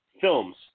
films